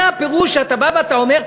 זה הפירוש שאתה בא ואתה אומר,